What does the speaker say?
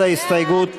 ההסתייגות?